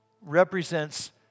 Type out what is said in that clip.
represents